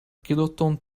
kiloton